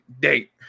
date